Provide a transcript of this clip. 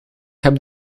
heb